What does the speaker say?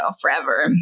forever